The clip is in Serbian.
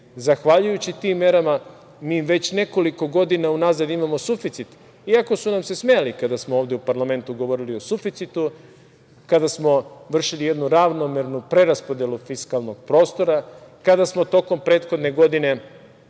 Srbije. Zahvaljujući tim merama, mi već nekoliko godina unazad imamo suficit, iako su nam se smejali kada smo ovde u parlamentu govorili o suficitu, kada smo vršili jednu ravnomernu preraspodelu fiskalnog prostora, kada smo u drugoj polovini prethodne godine